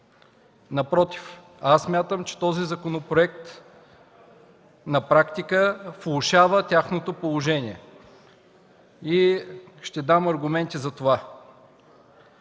Напротив, аз смятам, че този законопроект на практика влошава тяхното положение. Ще дам аргументи за това.